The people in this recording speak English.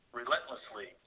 relentlessly